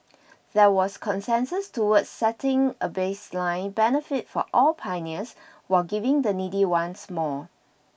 there was consensus towards setting a baseline benefit for all pioneers while giving the needy ones more